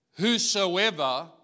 Whosoever